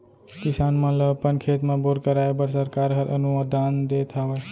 किसान मन ल अपन खेत म बोर कराए बर सरकार हर अनुदान देत हावय